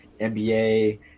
nba